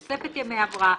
תוספת ימי הבראה,